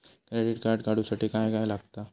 Credit card काढूसाठी काय काय लागत?